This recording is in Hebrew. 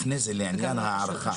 לפני זה, לעניין ההערכה.